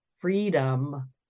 Freedom